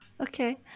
okay